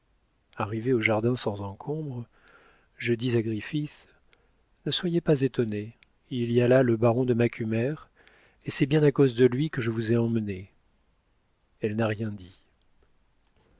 arrivée au jardin sans encombre je dis à griffith ne soyez pas étonnée il y a là le baron de macumer et c'est bien à cause de lui que je vous ai emmenée elle n'a rien dit